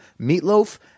Meatloaf